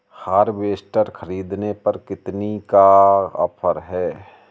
Harvester ख़रीदने पर कितनी का ऑफर है?